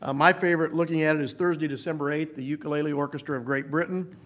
ah my favorite, looking at it, is thursday, december eight, the ukulele orchestra of great britain.